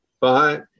Bye